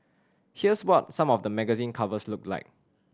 here's what some of the magazine covers looked like